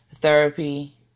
therapy